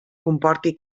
comporti